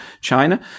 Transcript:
China